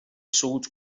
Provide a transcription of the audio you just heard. صعود